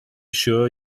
sure